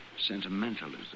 sentimentalism